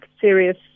serious